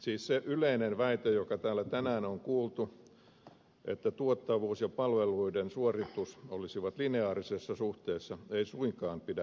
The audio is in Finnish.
siis se yleinen väite joka täällä tänään on kuultu että tuottavuus ja palveluiden suoritus olisivat lineaarisessa suhteessa ei suinkaan pidä paikkaansa